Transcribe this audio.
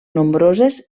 nombroses